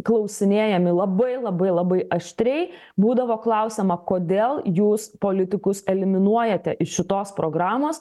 klausinėjami labai labai labai aštriai būdavo klausiama kodėl jūs politikus eliminuojate iš šitos programos